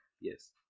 Yes